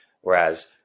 whereas